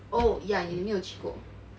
oh ya orh 你没有去过